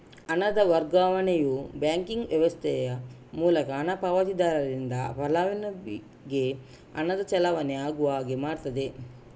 ಹಣದ ವರ್ಗಾವಣೆಯು ಬ್ಯಾಂಕಿಂಗ್ ವ್ಯವಸ್ಥೆಯ ಮೂಲಕ ಹಣ ಪಾವತಿದಾರರಿಂದ ಫಲಾನುಭವಿಗೆ ಹಣದ ಚಲಾವಣೆ ಆಗುವ ಹಾಗೆ ಮಾಡ್ತದೆ